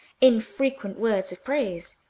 infrequent words of praise.